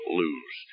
lose